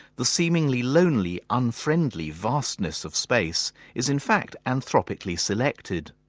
the seemingly lonely, unfriendly vastness of space is in fact anthropically selected.